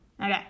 Okay